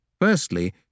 Firstly